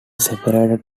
separated